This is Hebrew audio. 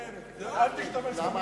כל מה שאני אומר זה לא משנה.